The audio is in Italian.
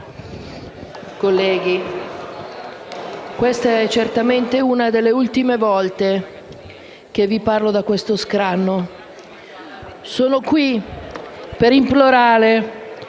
Presidente, è certamente una delle ultime volte che vi parlo da questo scranno. Sono qui per implorare,